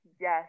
yes